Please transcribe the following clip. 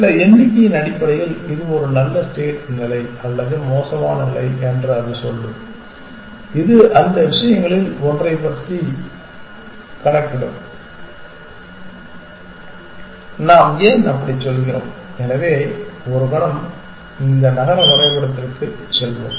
சில எண்ணிக்கையின் அடிப்படையில் இது ஒரு நல்ல நிலை அல்லது மோசமான நிலை என்று அது சொல்லும் இது அந்த விஷயங்களில் ஒன்றைப் பயன்படுத்தி கணக்கிடும் நாம் ஏன் அப்படிச் சொல்கிறோம் எனவே ஒரு கணம் இந்த நகர வரைபட உதாரணத்திற்குச் செல்வோம்